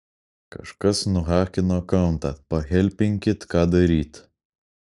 kažkas nuhakino akauntą pahelpinkit ką daryt